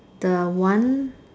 the one